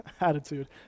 attitude